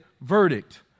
verdict